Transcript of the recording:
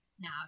Now